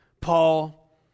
paul